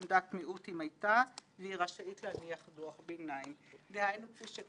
מחייב הנחת ועדת דוח ועדת חקירה על שולחן הכנסת.